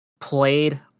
played